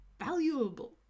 valuable